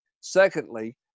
Secondly